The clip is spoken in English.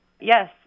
Yes